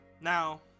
Now